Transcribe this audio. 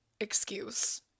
excuse